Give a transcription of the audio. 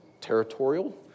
territorial